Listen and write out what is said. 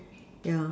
yeah